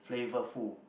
flavorful